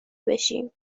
بشیم